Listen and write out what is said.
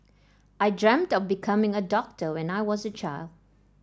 I dreamt of becoming a doctor when I was a child